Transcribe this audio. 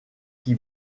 qui